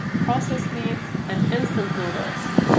processed meats and instant noodles.